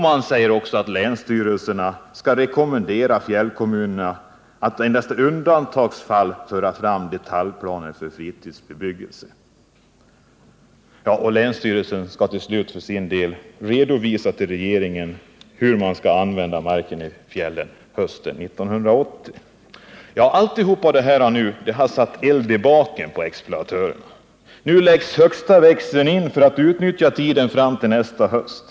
Man säger också att länsstyrelsen skall rekommendera fjällkommunerna att endast i undantagsfall föra fram detaljplaner för fritidsbebyggelse. Länsstyrelsen skall till slut för sin del hösten 1980 för regeringen redovisa sina överväganden om hur marken i fjällen skall användas. Allt detta har satt eld i baken på exploatörerna. Nu läggs högsta växeln in för att utnyttja tiden fram till nästa höst.